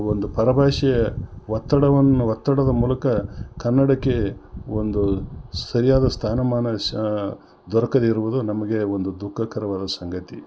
ಒಂದು ಪರಭಾಷೆಯ ಒತ್ತಡವನ್ನು ಒತ್ತಡದ ಮೂಲಕ ಕನ್ನಡಕ್ಕೆ ಒಂದು ಸರಿಯಾದ ಸ್ಥಾನಮಾನ ಶ ದೊರಕದಿರುವುದು ನಮಗೆ ಒಂದು ದುಃಖಕರವಾದ ಸಂಗತಿ